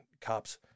cops